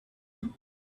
you